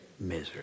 misery